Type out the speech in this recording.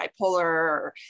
bipolar